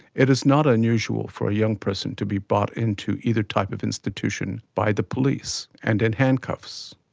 it is not unusual for a young person to be brought into either type of institution by the police, and in handcuffs.